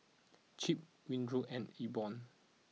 Chip Winthrop and E born